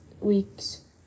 week's